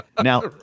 Now